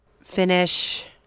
Finish